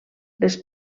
les